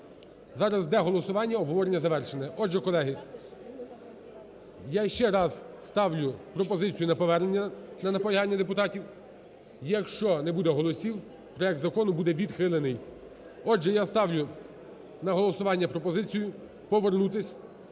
Зараз йде голосування, обговорення завершено. Отже, колеги, я ще раз ставлю пропозицію на повернення на наполягання депутатів. Якщо не буде голосів – проект закону буде відхилений. Отже, я ставлю на голосування пропозицію: повернутися